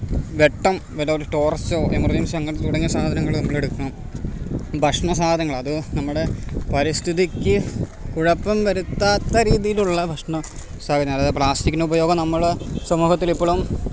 വെട്ടം വല്ല ഒരു ടോർച്ചോ എമർജൻസിയോ അങ്ങനെതെ തുടങ്ങിയ സാധനങ്ങൾ നമ്മൾ എടുക്കണം ഭക്ഷണ സാധനങ്ങൾ അത് നമ്മുടെ പരിസ്ഥിതിക്ക് കുഴപ്പം വരുത്താത്ത രീതിയിലുള്ള ഭക്ഷണ സാധനം അതായത് പ്ലാസ്റ്റിക്കിൻ്റെ ഉപയോഗം നമ്മൾ സമൂഹത്തിൽ ഇപ്പളും